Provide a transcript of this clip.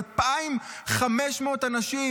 2,500 אנשים,